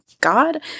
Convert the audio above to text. God